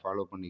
follow பண்ணிக்கோ